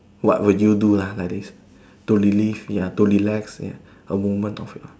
what will you do lah like this to relive ya to relax ya a moment of